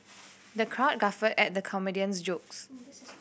the crowd guffawed at the comedian's jokes